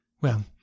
Well